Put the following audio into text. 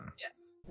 Yes